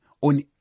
on